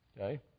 Okay